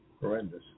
horrendous